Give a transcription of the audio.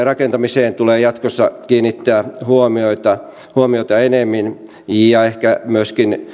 rakentamiseen tulee jatkossa kiinnittää huomiota huomiota enemmän ehkä myöskin